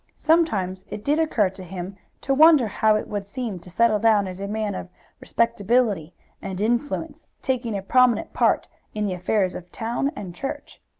sometimes it did occur to him to wonder how it would seem to settle down as a man of respectability and influence, taking a prominent part in the affairs of town and church.